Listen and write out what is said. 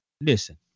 Listen